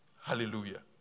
Hallelujah